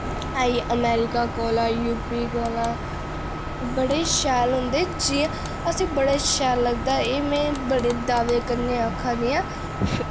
आई गे अमैरिका कोला यूपी कोला बड़े शैल होंदे जि'यां असें बड़ा शैल लगदा एह् में बड़े दावे कन्नै आखनी आं